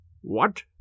What